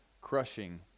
crushing